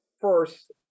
First